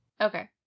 Okay